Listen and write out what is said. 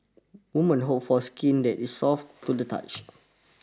woman hope for skin that is soft to the touch